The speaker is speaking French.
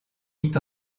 mis